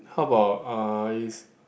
how about uh is